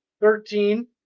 thirteen